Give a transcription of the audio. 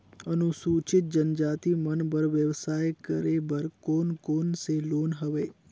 अनुसूचित जनजाति मन बर व्यवसाय करे बर कौन कौन से लोन हवे?